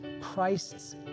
Christ's